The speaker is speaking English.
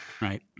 right